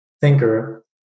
thinker